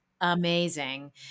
Amazing